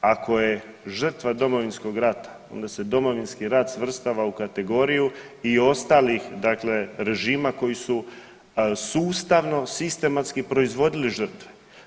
Ako je žrtva Domovinskog rata, onda se Domovinski rat svrstava u kategoriju i ostalih dakle režima koji su sustavno sistematski proizvodili žrtve.